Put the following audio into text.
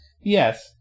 Yes